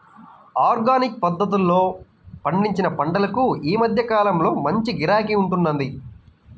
organic పద్ధతిలో పండించిన పంటలకు ఈ మధ్య కాలంలో మంచి గిరాకీ ఉంటున్నది